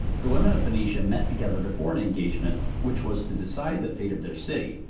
the women of phoenicia met together before an engagement which was to decide the fate of their city,